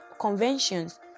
conventions